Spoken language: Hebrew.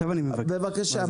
בבקשה,